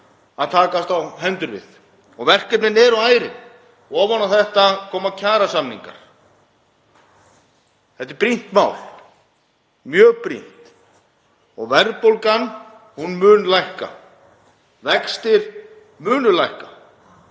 að takast á hendur og verkefnin eru ærin. Ofan á þetta koma kjarasamningar. Þetta er brýnt mál, mjög brýnt. Verðbólgan mun lækka, vextir munu lækka